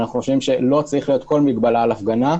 אנחנו חושבים שלא צריכה להיות כל מגבלה על הפגנה.